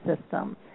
system